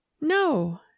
No